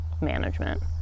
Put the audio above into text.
management